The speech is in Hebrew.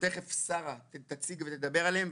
שתכף שרה תציג ותדבר עליהם,